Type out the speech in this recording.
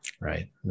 right